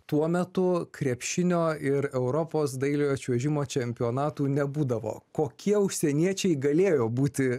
tuo metu krepšinio ir europos dailiojo čiuožimo čempionatų nebūdavo kokie užsieniečiai galėjo būti